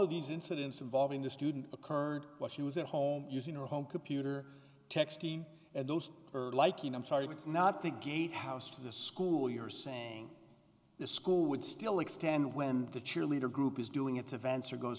of these incidents involving the student occurred while she was at home using her home computer texting at those early liking i'm sorry that's not the gatehouse to the school you're saying the school would still extend when the cheerleader group is doing its events or goes